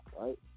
Right